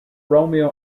romeo